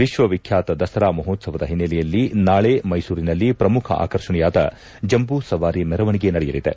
ವಿಶ್ವವಿಖ್ಯಾತ ದಸರಾ ಮಹೋತ್ಸವದ ಹಿನ್ನೆಲೆಯಲ್ಲಿ ನಾಳೆ ಮ್ಯೆಸೂರಿನಲ್ಲಿ ಪ್ರಮುಖ ಆಕರ್ಷಣೆಯಾದ ಜಂಬೂ ಸವಾರಿ ಮೆರವಣಿಗೆ ನಡೆಯಲಿದೆ